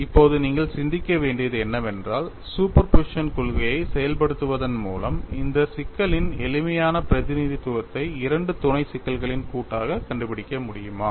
இப்போது நீங்கள் சிந்திக்க வேண்டியது என்னவென்றால் சூப்பர் போசிஷன் கொள்கையை செயல்படுத்துவதன் மூலம் இந்த சிக்கலின் எளிமையான பிரதிநிதித்துவத்தை இரண்டு துணை சிக்கல்களின் கூட்டாகக் கண்டுபிடிக்க முடியுமா